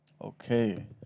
Okay